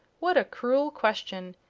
what a cruel question!